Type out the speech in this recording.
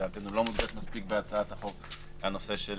שלדעתנו לא מדויק מספיק בהצעת החוק זה הנושא של